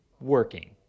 working